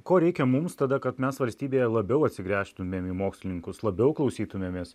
ko reikia mums tada kad mes valstybėje labiau atsigręžtumėm į mokslininkus labiau atsigręžtumėm į mokslininkus labiau klausytumėmės